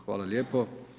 Hvala lijepo.